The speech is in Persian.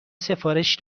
سفارش